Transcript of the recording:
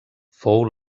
fou